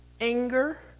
anger